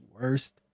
worst